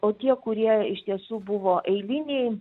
o tie kurie iš tiesų buvo eiliniai